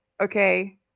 okay